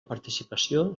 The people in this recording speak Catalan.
participació